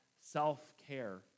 self-care